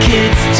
Kids